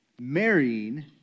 Marrying